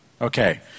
Okay